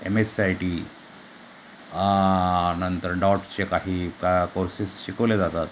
M S C I T नंतर डॉटचे काही का कोर्सेस शिकवले जातात